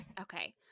okay